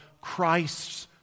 Christ's